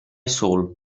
soul